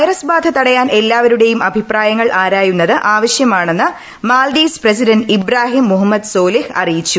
virus ബാധ തടയാൻ എല്ലാവരുടെയും അഭിപ്രായങ്ങൾ ആരായുന്നത് ആവശൃമാണെന്ന് മാൾഡീവ്സ് പ്രസിഡന്റ് ഇബ്രാഹിം മുഹമ്മദ് സോലിഹ് അറിയിച്ചു